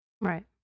Right